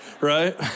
right